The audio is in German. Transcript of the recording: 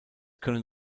können